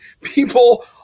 people